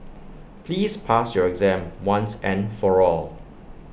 please pass your exam once and for all